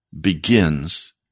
begins